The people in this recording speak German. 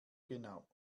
genau